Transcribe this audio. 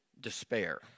despair